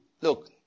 Look